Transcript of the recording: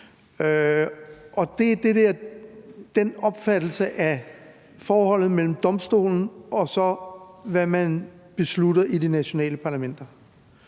og det er opfattelsen af forholdet mellem Menneskerettighedsdomstolen, og hvad man beslutter i de nationale parlamenter.